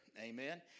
Amen